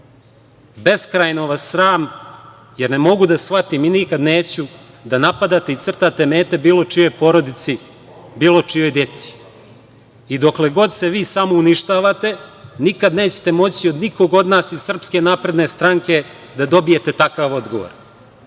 Beskrajno vas sram jer ne mogu da shvatim i nikada neću da napadate i crtate mete bilo čijoj porodici, bilo čijoj deci. Dokle god se vi samouništavate, nikada nećete moći od nikoga od nas iz SNS da dobijete takav odgovor,